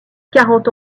quarante